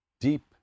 deep